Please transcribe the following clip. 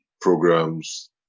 programs